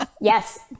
Yes